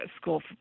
school